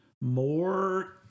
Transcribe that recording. more